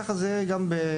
כך, זה יהיה בפיקוח